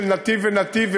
של נתיב ונתיב,